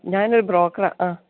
ഞാൻ ഒരു ബ്രോക്കറാണ് ആ